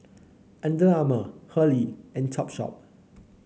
Under Armour Hurley and Topshop